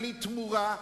בלי תמורה,